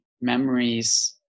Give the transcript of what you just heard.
memories